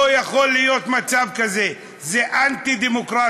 לא יכול להיות מצב כזה, זה אנטי-דמוקרטי.